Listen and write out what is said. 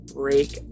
break